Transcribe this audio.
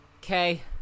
Okay